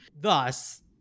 Thus